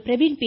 Praveen B